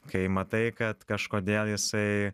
kai matai kad kažkodėl jisai